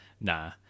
Nah